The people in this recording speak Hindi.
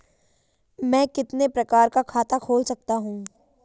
मैं कितने प्रकार का खाता खोल सकता हूँ?